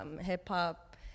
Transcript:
hip-hop